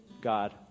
God